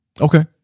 Okay